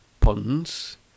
puns